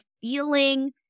feeling